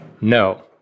No